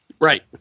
Right